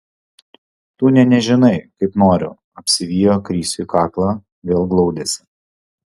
tu nė nežinai kaip noriu apsivijo krisiui kaklą vėl glaudėsi